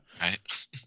right